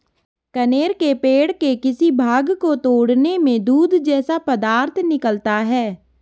कनेर के पेड़ के किसी भाग को तोड़ने में दूध जैसा पदार्थ निकलता है